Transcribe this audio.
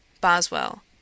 Boswell